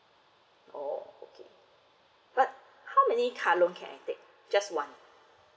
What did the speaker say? oh okay but how many car loan can I take just one